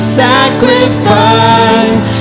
sacrifice